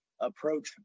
approach